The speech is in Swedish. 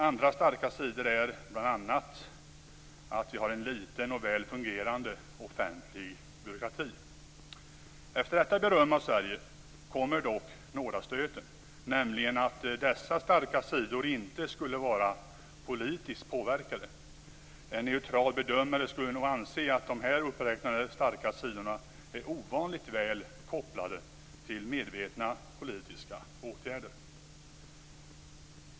Andra starka sidor är att vi har en liten och väl fungerande offentlig byråkrati. Efter detta beröm av Sverige kommer dock nådastöten, nämligen påståendet att dessa starka sidor inte skulle vara politiskt påverkade. En neutral bedömare skulle nog anse att de här uppräknade starka sidorna är ovanligt väl kopplade till medvetna politiska åtgärder.